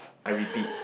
I repeat